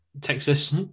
Texas